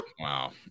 Wow